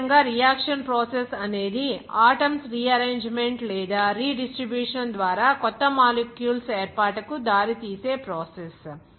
అదే విధంగా reaction process ఇది అనేది ఆటమ్స్ రీ ఆరెంజ్మెంట్ లేదా రీ డిస్ట్రిబ్యూషన్ ద్వారా కొత్త మాలిక్యూల్స్ ఏర్పాటుకు దారి తీసే ప్రాసెస్